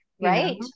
right